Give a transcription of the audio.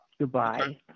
Goodbye